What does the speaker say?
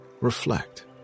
Reflect